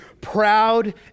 proud